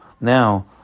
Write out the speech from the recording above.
Now